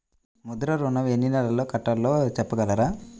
ముద్ర ఋణం ఎన్ని నెలల్లో కట్టలో చెప్పగలరా?